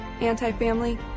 anti-family